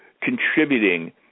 contributing